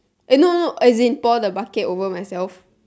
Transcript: eh no no no as in pour the bucket over myself